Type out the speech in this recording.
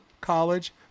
college